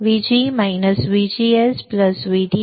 तर VG VGS VDS VD